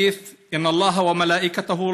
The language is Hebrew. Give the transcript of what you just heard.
(אומר בערבית ומתרגם:)